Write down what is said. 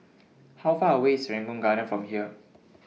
How Far away IS Serangoon Garden from here